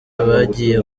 abagiye